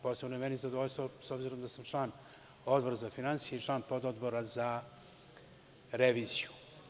Posebno je meni zadovoljstvo s obzirom da sam član Odbora za finansije i član pododbora za reviziju.